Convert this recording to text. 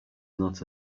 not